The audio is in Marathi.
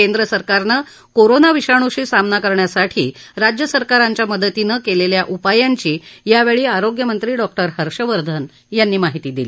केंद्रसरकारनं कोरोना विषाणूशी सामना करण्यासाठी राज्यसरकारांच्या मदतीनं केलेल्या उपायांची यावेळी आरोग्यमंत्री डॉक्टर हर्षवर्धन यांनी माहिती दिली